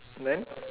then